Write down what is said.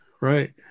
right